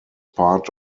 part